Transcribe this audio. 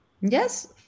yes